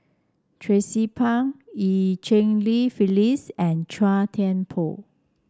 Tracie Pang Eu Cheng Li Phyllis and Chua Thian Poh